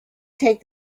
take